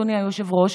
אדוני היושב-ראש,